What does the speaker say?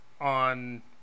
on